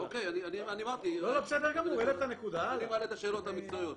אוקיי, אני אמרתי, אני מעלה את השאלות המקצועיות.